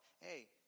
hey